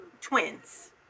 twins